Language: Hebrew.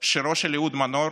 שירו של אהוד מנור: